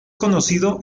conocido